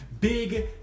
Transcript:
Big